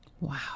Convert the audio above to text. Wow